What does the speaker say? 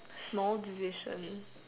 small decision